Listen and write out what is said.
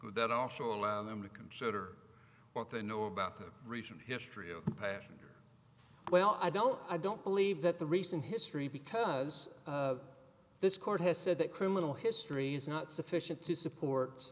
show allow them to consider what they know about the recent history of passion well i don't i don't believe that the recent history because of this court has said that criminal history is not sufficient to support